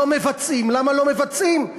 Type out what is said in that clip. ולא מבצעים.